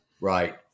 right